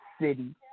city